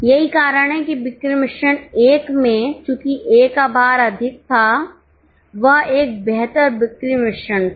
यही कारण है कि बिक्री मिश्रण 1 में चूंकि ए का भार अधिक था वह एक बेहतर बिक्री मिश्रण था